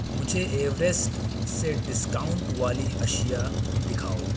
مجھے ایوریسٹ سے ڈسکاؤنٹ والی اشیاء دکھاؤ